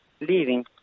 leaving